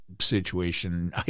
situation